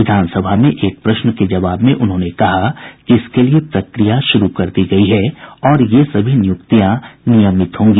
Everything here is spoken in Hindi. विधानसभा में एक प्रश्न के जवाब में उन्होंने कहा कि इसके लिए प्रक्रिया शुरू कर दी गयी है और ये सभी नियुक्तियां नियमित होंगी